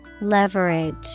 Leverage